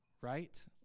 right